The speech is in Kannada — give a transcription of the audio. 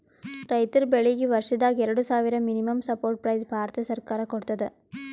ರೈತರ್ ಬೆಳೀಗಿ ವರ್ಷದಾಗ್ ಎರಡು ಸಲಾ ಮಿನಿಮಂ ಸಪೋರ್ಟ್ ಪ್ರೈಸ್ ಭಾರತ ಸರ್ಕಾರ ಕೊಡ್ತದ